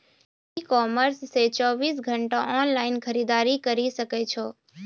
ई commerce से चौबीस घंटा ऑनलाइन खरीदारी करी सकै छो